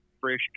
fresh